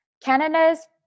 Canada's